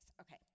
Okay